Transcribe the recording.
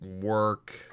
work